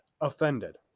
offended